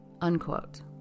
Unquote